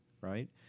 right